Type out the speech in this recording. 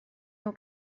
nhw